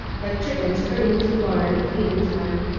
like chickens hurrying to the barn at feeding-time.